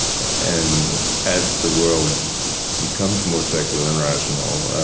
and as the world becomes more secular and rational,